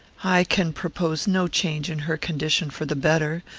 i can propose no change in her condition for the better.